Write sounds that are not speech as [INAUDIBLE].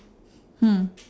[BREATH] hmm